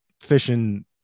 fishing